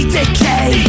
decay